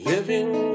Living